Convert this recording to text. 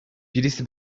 birisi